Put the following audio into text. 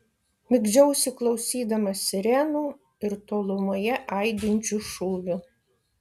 migdžiausi klausydamas sirenų ir tolumoje aidinčių šūvių